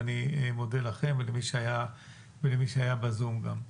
ואני מודה לכם ולמי שהיה בזום גם.